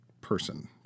person